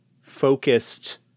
focused